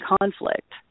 conflict